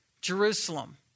Jerusalem